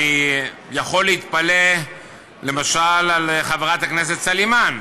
אני יכול להתפלא למשל על חברת הכנסת סלימאן,